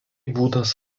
būdas